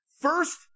first